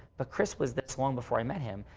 but kris was that's long before i met him.